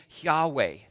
Yahweh